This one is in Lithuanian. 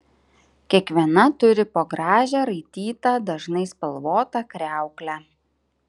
kiekviena turi po gražią raitytą dažnai spalvotą kriauklę